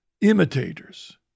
imitators